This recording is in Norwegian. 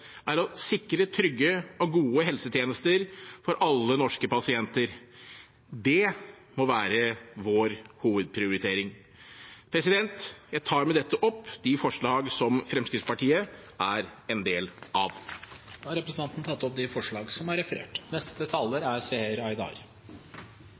er å sikre trygge og gode helsetjenester for alle norske pasienter. Det må være vår hovedprioritering. Jeg tar med dette opp de forslagene som Fremskrittspartiet er en del av. Representanten Morten Wold har tatt opp de forslagene han refererte til. Det er